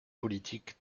politiques